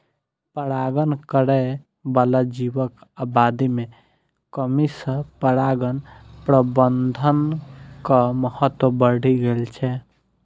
परागण करै बला जीवक आबादी मे कमी सं परागण प्रबंधनक महत्व बढ़ि गेल छै